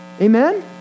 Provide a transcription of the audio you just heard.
Amen